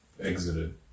exited